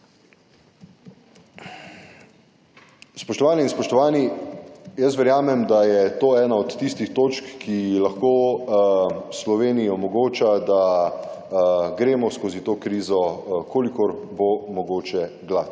Spoštovane in spoštovani, jaz verjamem, da je to ena od tistih točk, ki lahko Sloveniji omogoča, da gremo skozi to krizo kolikor bo mogoče gladko.